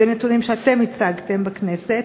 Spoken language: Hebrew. אלה נתונים שאתם הצגתם בכנסת.